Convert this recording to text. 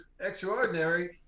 extraordinary